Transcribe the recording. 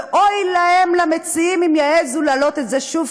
ואוי להם למציעים אם יעזו להעלות את זה שוב,